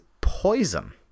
poison